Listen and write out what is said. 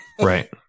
Right